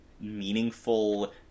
meaningful